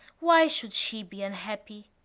why should she be unhappy?